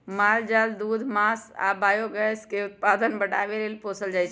माल जाल दूध मास आ बायोगैस के उत्पादन बढ़ाबे लेल पोसल जाइ छै